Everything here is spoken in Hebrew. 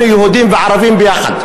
יהודים וערבים ביחד.